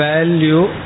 Value